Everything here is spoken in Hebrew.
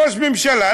ראש ממשלה,